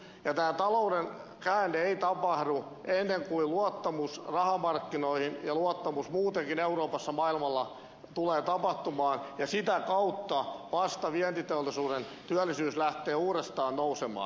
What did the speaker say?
tämä talouden käänne ei tapahdu ennen kuin luottamus rahamarkkinoihin ja luottamus muutenkin euroopassa ja maailmalla tulee paranemaan ja sitä kautta vasta vientiteollisuuden työllisyys lähtee uudestaan nousemaan